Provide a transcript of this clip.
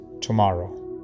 tomorrow